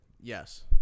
Yes